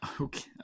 Okay